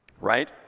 Right